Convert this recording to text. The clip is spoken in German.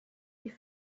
die